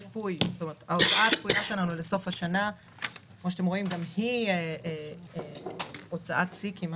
ההוצאה הצפויה שלנו בסוף השנה היא הוצאת שיא.